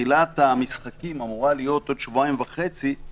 תחילת המשחקים אמורה להיות בעוד שבועיים וחצי,